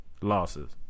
Losses